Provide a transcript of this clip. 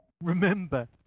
remember